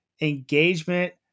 engagement